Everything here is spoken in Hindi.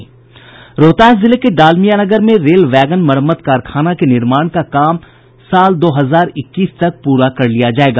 रोहतास जिले के डालमियानगर में रेल वैगन मरम्मत कारखाना के निर्माण का काम साल दो हजार इक्कीस तक पूरा कर लिया जायेगा